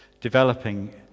developing